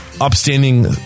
upstanding